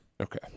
Okay